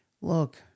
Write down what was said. Look